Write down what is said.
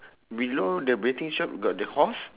below the betting shop got the horse